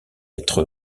être